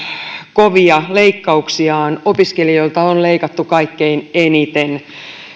kovia leikkauksiaan opiskelijoilta on leikattu kaikkein eniten